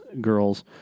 girls